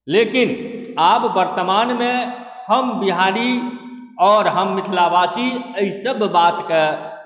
लेकिन आब वर्तमानमे हम बिहारी आओर हम मिथिलावासी एहिसब बातके